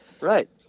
Right